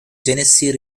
genesee